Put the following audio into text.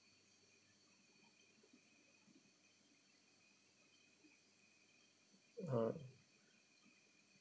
uh